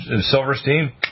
Silverstein